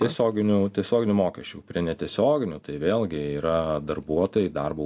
tiesioginių tiesioginių mokesčių prie netiesioginių tai vėlgi yra darbuotojai darbo